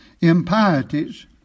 impieties